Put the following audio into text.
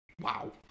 Wow